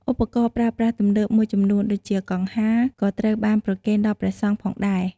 ឧបករណ៍ប្រើប្រាស់ទំនើបមួយចំនួន ដូចជាកង្ហារ ក៏ត្រូវបានប្រគេនដល់ព្រះសង្ឃផងដែរ។